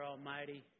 Almighty